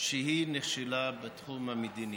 שהיא נכשלה בתחום המדיני?